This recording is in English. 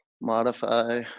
Modify